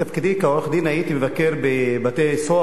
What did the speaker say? בתפקידי כעורך-דין הייתי מבקר בבתי-סוהר.